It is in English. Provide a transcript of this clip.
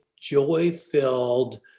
joy-filled